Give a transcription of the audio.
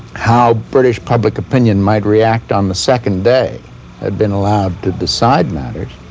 how british public opinion might react on the second day had been allowed to decide matters,